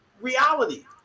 reality